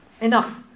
Enough